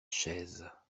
chaises